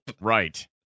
Right